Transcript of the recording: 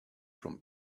from